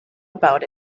about